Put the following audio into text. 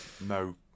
no